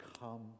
come